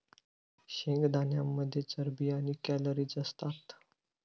शेंगदाण्यांमध्ये चरबी आणि कॅलरीज असतात